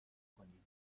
کنیم